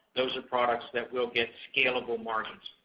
those are products that will get scalable margins.